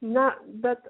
na bet